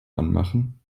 anmachen